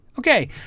Okay